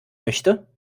möchte